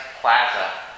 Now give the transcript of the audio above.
plaza